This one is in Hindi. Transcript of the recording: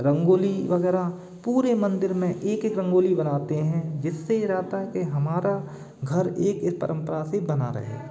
रंगोली वगैरह पूरे मंदिर में एक एक रंगोली बनाते हैं जिससे ये रहता है कि हमारा घर एक इस परंपरा से बंधा रहे